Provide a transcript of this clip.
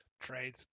trade